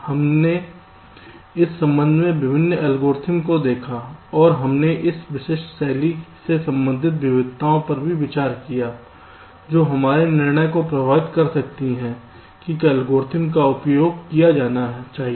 इसलिए हमने इस संबंध में विभिन्न एल्गोरिदम को देखा और हमने इस विशिष्ट डिजाइन शैली से संबंधित विविधताओं पर भी विचार किया जो हमारे निर्णय को प्रभावित कर सकती हैं कि किस एल्गोरिदम का उपयोग किया जाना चाहिए